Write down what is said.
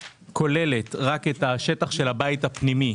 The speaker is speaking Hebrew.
שכוללת רק את השטח של הבית הפנימי,